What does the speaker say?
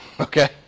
okay